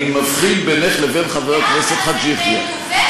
מבחין בינך לבין חבר הכנסת חאג' יחיא,